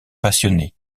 passionnée